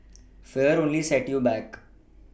fear only set you back